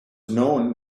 known